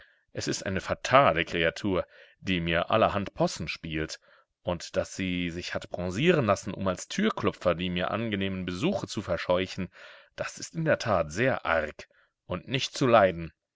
es ist eine fatale kreatur die mir allerhand possen spielt und daß sie sich hat bronzieren lassen um als türklopfer die mir angenehmen besuche zu verscheuchen das ist in der tat sehr arg und nicht zu leiden